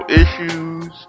issues